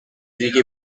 ریگی